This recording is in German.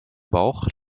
bauch